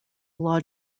law